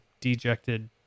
dejected